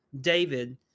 David